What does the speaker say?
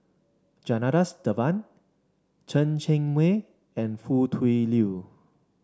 Janadas Devan Chen Cheng Mei and Foo Tui Liew